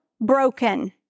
broken